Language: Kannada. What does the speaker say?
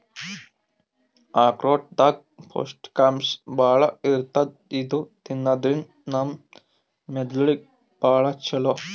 ಆಕ್ರೋಟ್ ದಾಗ್ ಪೌಷ್ಟಿಕಾಂಶ್ ಭಾಳ್ ಇರ್ತದ್ ಇದು ತಿನ್ನದ್ರಿನ್ದ ನಮ್ ಮೆದಳಿಗ್ ಭಾಳ್ ಛಲೋ